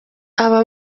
aba